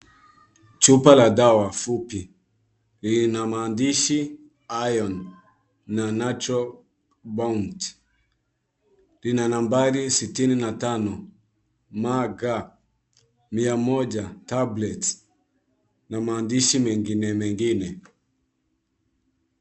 Chupa la dawa fupi lina maandishi iron na nature's bounty . Lina nambari 65mg, mia moja tablets na maandishi mengine mengine.